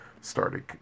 started